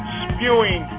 spewing